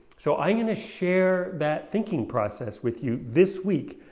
so i'm going to share that thinking process with you this week,